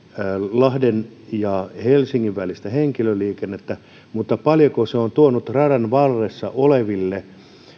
lahden ja helsingin välistä henkilöliikennettä ja paljonko se on tuonut radan varressa oleville